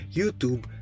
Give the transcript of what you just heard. youtube